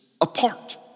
apart